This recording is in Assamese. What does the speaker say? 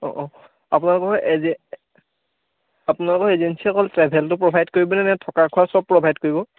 অঁ অঁ অপোনালোকৰ এজে আপোনালোকৰ এজেন্সিত অকল ট্ৰেভেলটো প্ৰভাইড কৰিবনে নে থকা খোৱা চব প্ৰভাইড কৰিব